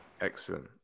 Excellent